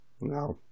no